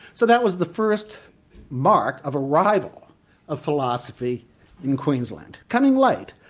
so that was the first mark of arrival of philosophy in queensland coming late,